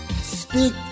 speak